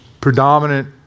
predominant